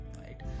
right